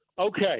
Okay